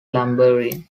lumbering